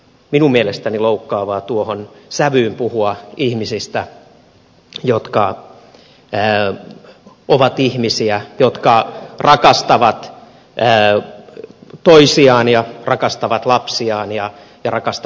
minun mielestäni on todella loukkaavaa tuohon sävyyn puhua ihmisistä jotka ovat ihmisiä jotka rakastavat toisiaan ja rakastavat lapsiaan ja rakastavat läheisiään